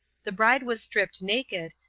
the bride was stripped naked,